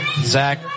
Zach